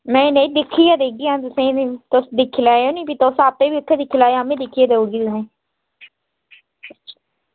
नेईं नेईं दिक्खियै देगी अंऊ तुसेंगी ते तुस दिक्खी लैयो नी तुस आपें गै इत्थें दिक्खी लैयो दिक्खियै देई ओड़गी तुसें ई